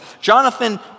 Jonathan